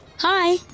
Hi